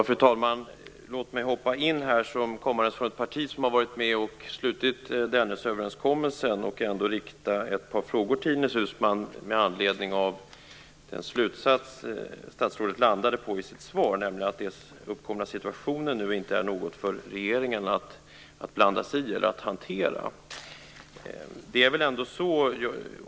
Fru talman! Låt mig som kommandes från ett parti som har varit med om att träffa Dennisöverenskommelsen få hoppa in och rikta ett par frågor till Ines Uusmann med anledning av den slutsats statsrådet landade på i sitt svar, nämligen att den uppkomna situationen inte är någonting för regeringen att blanda sig i eller hantera.